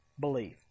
believe